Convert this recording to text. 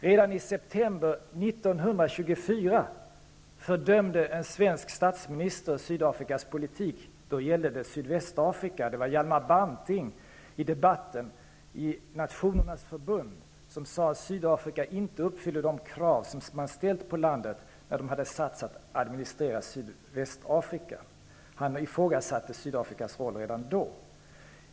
Redan i september 1924 fördömde en svensk statsminister Sydafrikas politik. Då gällde det Sydvästafrika. Det var Hjalmar Branting som i debatten i Nationernas förbund sade att Sydafrika inte uppfyllde de krav som man hade ställt på landet då man hade satsat på att administrera Sydvästafrika. Hjalmar Branting ifrågasatte redan då Sydafrikas roll.